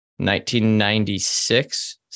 1996